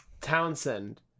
Townsend